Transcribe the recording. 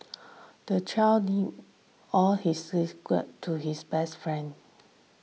the child all his secrets to his best friend